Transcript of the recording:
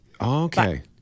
Okay